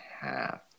half